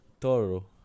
Toro